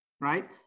right